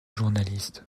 journaliste